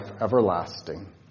everlasting